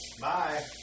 Bye